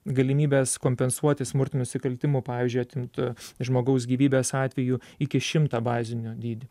galimybes kompensuoti smurtiniu nusikaltimu pavyzdžiui atimta žmogaus gyvybės atveju iki šimtą bazinio dydį